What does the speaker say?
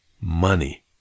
money